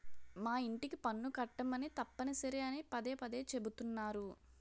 మా యింటికి పన్ను కట్టమని తప్పనిసరి అని పదే పదే చెబుతున్నారు